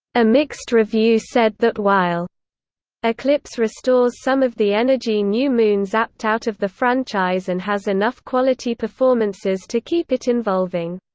a mixed review said that while eclipse restores some of the energy new moon zapped out of the franchise and has enough quality performances to keep it involving,